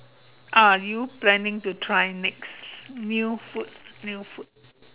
are you planning to try next new food new food